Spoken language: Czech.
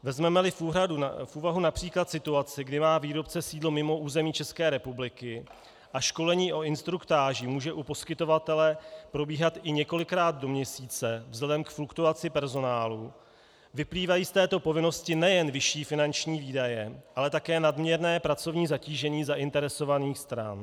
Vezmemeli v úvahu např. situaci, kdy má výrobce sídlo mimo území České republiky a školení o instruktáži může u poskytovatele probíhat i několikrát do měsíce vzhledem k fluktuaci personálu, vyplývají z této povinnosti nejen vyšší finanční výdaje, ale také nadměrné pracovní zatížení zainteresovaných stran.